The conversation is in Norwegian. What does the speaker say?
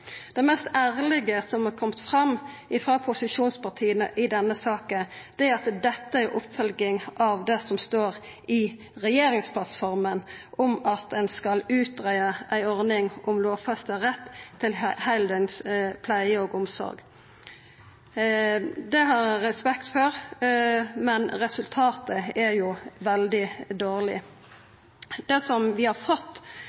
Det mest ærlege som har kome fram frå posisjonspartia i denne saka, er at dette er ei oppfølging av det som står i regjeringsplattforma, om at ein skal utgreia ei ordning om lovfesta rett til heildøgns pleie og omsorg. Det har eg respekt for, men resultatet er veldig dårleg. Det vi har fått,